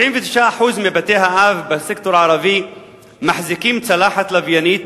99% מבתי-האב בסקטור הערבי מחזיקים צלחת לוויינית